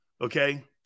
Okay